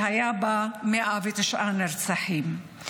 שהיו בה 109 נרצחים.